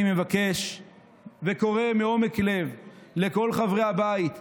אני מבקש וקורא מעומק לב לכל חברי הבית,